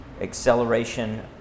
acceleration